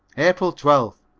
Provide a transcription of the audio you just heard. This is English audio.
april twelfth.